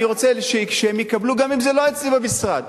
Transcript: אני רוצה שהם יקבלו גם אם זה לא אצלי במשרד.